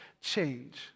change